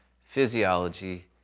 physiology